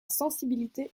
sensibilité